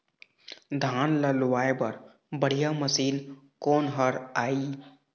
धान ला लुआय बर बढ़िया मशीन कोन हर आइ?